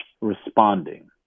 responding